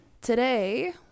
Today